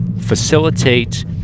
facilitate